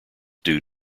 due